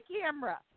camera